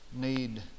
Need